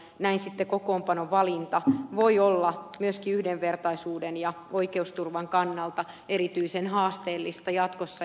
näin sitten kokoonpanovalinta voi olla myöskin yhdenvertaisuuden ja oikeusturvan kannalta erityisen haasteellista jatkossa